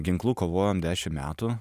ginklu kovojom dešim metų